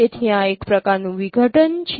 તેથી આ એક પ્રકારનું વિઘટન છે